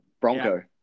Bronco